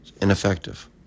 ineffective